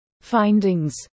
findings